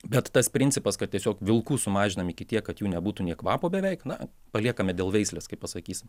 bet tas principas kad tiesiog vilkų sumažinam iki tiek kad jų nebūtų nė kvapo beveik na paliekame dėl veislės kaip pasakysi